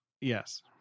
Yes